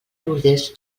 lourdes